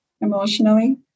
emotionally